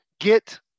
get